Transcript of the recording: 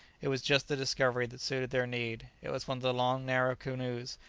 it was just the discovery that suited their need. it was one of the long, narrow canoes,